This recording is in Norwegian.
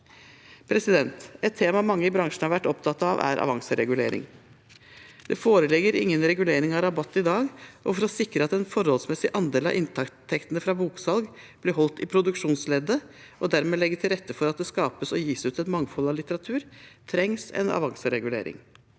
fagbøker. Et tema mange i bransjen har vært opptatt av, er avanseregulering. Det foreligger ingen regulering av rabatt i dag, og for å sikre at en forholdsmessig andel av inntektene fra boksalg blir holdt i produksjonsleddet, og dermed legger til rette for at det skapes og gis ut et mangfold av litteratur, trengs en avanseregulering.